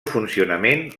funcionament